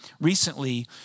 recently